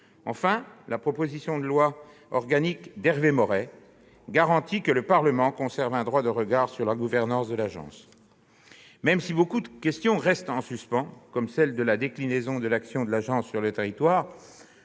Enfin, la proposition de loi organique d'Hervé Maurey garantit que le Parlement conserve un droit de regard sur la gouvernance de l'agence. Même si de nombreuses questions restent en suspens, comme celle de la déclinaison de l'action de l'agence sur le territoire-